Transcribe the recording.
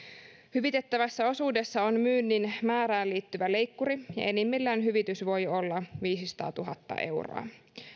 hyvitettävässä osuudessa on myynnin määrään liittyvä leikkuri ja enimmillään hyvitys voi olla viisisataatuhatta euroa